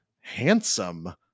handsome